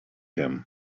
him